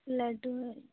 لڈو